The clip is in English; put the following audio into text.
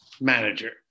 manager